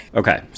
okay